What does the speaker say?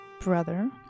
brother